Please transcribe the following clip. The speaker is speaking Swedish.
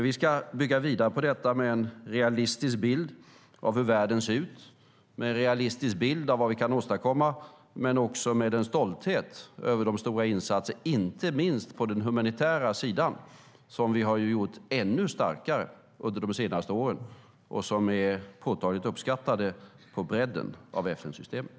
Vi ska bygga vidare på detta med en realistisk bild av hur världen ser ut och med en realistisk bild av vad vi kan åstadkomma men också med en stolthet över de stora insatser, inte minst på den humanitära sidan, som vi har gjort ännu starkare under de senaste åren och som är påtagligt uppskattade på bredden av FN-systemet.